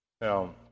Now